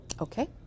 okay